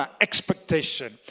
expectation